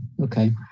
Okay